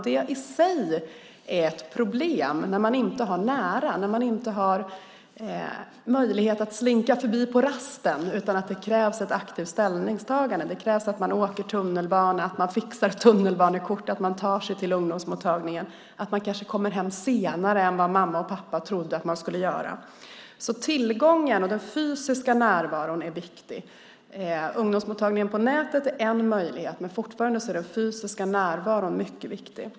Det är ett problem i sig när man inte har nära, när man inte har möjlighet att slinka förbi på rasten, utan det krävs ett aktivt ställningstagande. Det krävs att man åker tunnelbana, att man fixar tunnelbanekort och att man tar sig till ungdomsmottagningen. Man kommer kanske hem senare än vad mamma och pappa trodde att man skulle göra. Tillgången och den fysiska närvaron är viktiga. Ungdomsmottagningen på nätet är en möjlighet, men den fysiska närvaron är fortfarande mycket viktig.